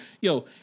Yo